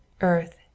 earth